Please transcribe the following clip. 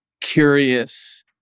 curious